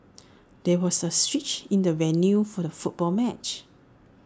there was A switch in the venue for the football match